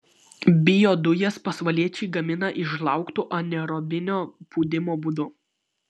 biodujas pasvaliečiai gamina iš žlaugtų anaerobinio pūdymo būdu